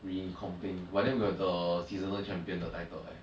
recomping but then we got the seasonal champion the title eh